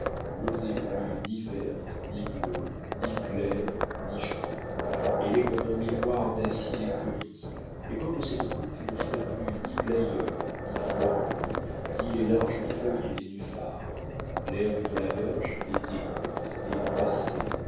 l'eau n'est plus ni verte ni bleue ni claire ni jaune elle est comme un miroir d'acier poli les bords de cette coupe n'offraient plus ni glaïeuls ni fleurs bleues ni les larges feuilles du nénuphar l'herbe de la berge était courte et pressée